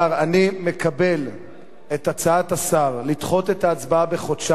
אני מקבל את הצעת השר לדחות את ההצבעה בחודשיים,